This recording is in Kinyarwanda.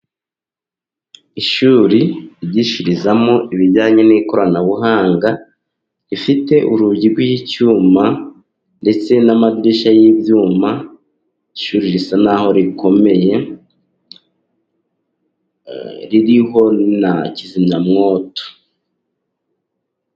Ishuri ryigishirizamo ibijyanye n'ikoranabuhanga, rifite urugi rw'icyuma ndetse n'amadirishya y'ibyuma. Ishuri risa naho rikomeye ririho na kizimyamwoto.